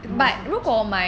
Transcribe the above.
因为是 percentage